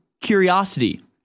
curiosity